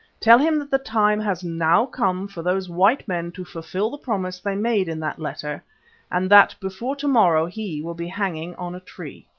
tell him that the time has now come for those white men to fulfil the promise they made in that letter and that before to-morrow he will be hanging on a tree.